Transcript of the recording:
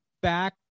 back